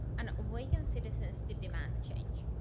and awaken citizens to demand change.